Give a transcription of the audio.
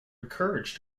encouraged